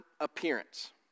appearance